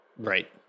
Right